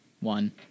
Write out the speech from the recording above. One